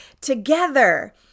together